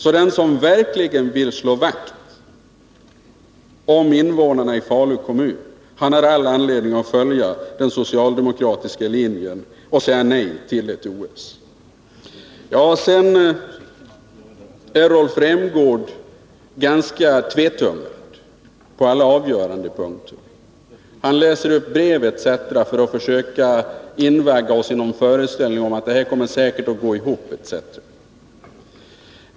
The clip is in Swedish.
Den som verkligen vill slå vakt om invånarna i Falu kommun har all anledning att följa den socialdemokratiska linjen och säga nej till ett OS. Rolf Rämgård är tvetungad på alla avgörande punkter. Han läser upp telegram och annat för att invagga oss i föreställningen att det här kommer att gå ihop.